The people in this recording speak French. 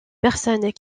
personnes